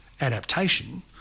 adaptation